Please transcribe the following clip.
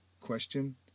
Question